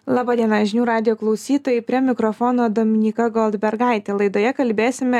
laba diena žinių radijo klausytojai prie mikrofono dominyka goldbergaitė laidoje kalbėsime